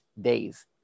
days